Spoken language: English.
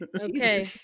Okay